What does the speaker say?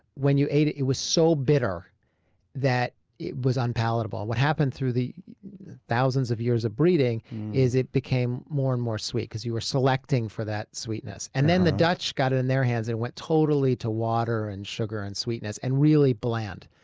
when you ate it, it was so bitter that it was unpalatable. what happened through the thousands of years of breeding is it became more and more sweet, because you were selecting for that sweetness. and then, the dutch got it in their hands and it went totally to water, sugar, and sweetness and really bland,